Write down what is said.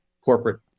corporate